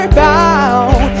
bound